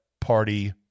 Party